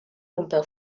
pompeu